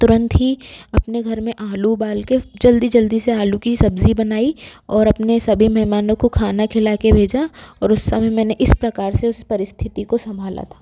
तुरंत ही अपने घर मे आलू उबाल कर जल्दी जल्दी से आलू की सब्ज़ी बनाई और अपने सभी मेहमानों को खाना खिला कर भेजा और उस समय मैंने इस प्रकार उस परिस्थिति को सम्भाला था